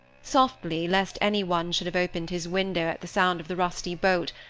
softly, lest anyone should have opened his window at the sound of the rusty bolt,